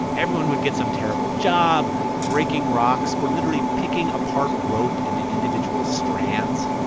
everyone would get some terrible job breaking rocks or literally picking apart rope into individual strands.